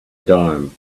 dime